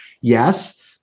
Yes